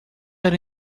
era